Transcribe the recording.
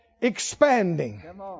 Expanding